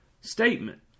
statement